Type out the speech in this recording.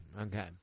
Okay